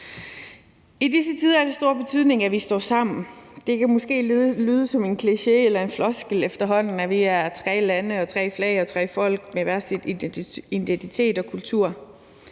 I disse tider er det af stor betydning, at vi står sammen. Det kan måske efterhånden lyde som en kliché eller en floskel, at vi er tre lande med tre flag og tre folk med hver vores identitet og kultur,